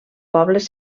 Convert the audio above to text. pobles